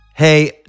Hey